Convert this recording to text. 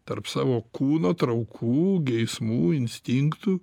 tarp savo kūno traukų geismų instinktų